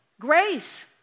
Grace